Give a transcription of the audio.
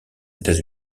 états